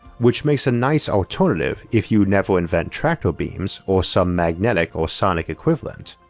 which makes a nice alternative if you never invent tractor beams or some magnetic or sonic equivalent.